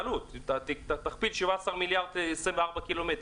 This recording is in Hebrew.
תכפיל 17 מיליארד ב-24 ק"מ.